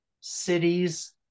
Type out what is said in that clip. cities